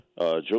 Joe